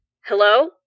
Hello